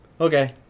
Okay